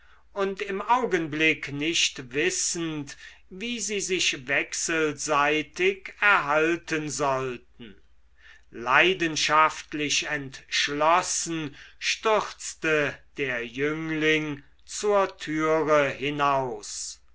und im augenblick nicht wissend wie sie sich wechselseitig erhalten sollten leidenschaftlich entschlossen stürzte der jüngling zur türe hinaus